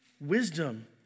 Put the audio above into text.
wisdom